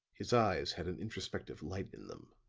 his eyes had an introspective light in them.